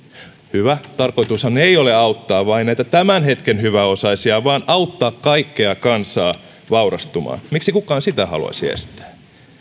hyvä tarkoitushan ei ole auttaa vain näitä tämän hetken hyväosaisia vaan auttaa kaikkea kansaa vaurastumaan miksi kukaan sitä haluaisi estää